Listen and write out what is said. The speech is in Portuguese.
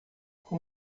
com